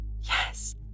Yes